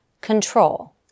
control